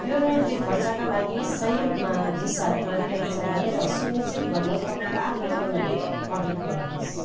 यो रोयल्टी खर्चका लागि सही रूपमा हिसाब गरिरहेछ भनेर सुनिश्चित गर्न तपाईँको आफ्नै प्रणाली अडिट गर्नुहोस्